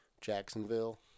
Jacksonville